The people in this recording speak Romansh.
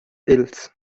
els